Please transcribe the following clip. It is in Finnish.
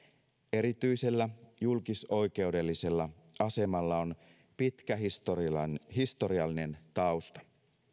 erityisellä julkisoikeudellisella asemalla on pitkä historiallinen historiallinen tausta